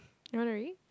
you wanna read